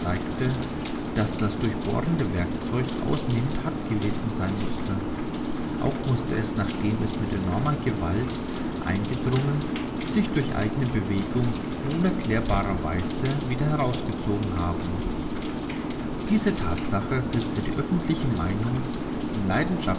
daß das durchbohrende werkzeug ausnehmend hart gewesen sein mußte auch mußte es nachdem es mit enormer gewalt eingedrungen sich durch eigene bewegung in unerklärbarer weise wieder herausgezogen haben diese thatsache setzte die öffentliche meinung in